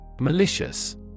Malicious